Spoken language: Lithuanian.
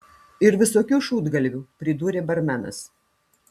ir visokių šūdgalvių pridūrė barmenas